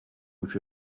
which